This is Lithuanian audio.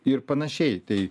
ir panašiai tai